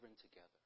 together